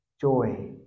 joy